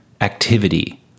activity